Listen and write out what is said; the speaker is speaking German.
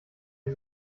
die